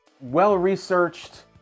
well-researched